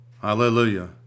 Hallelujah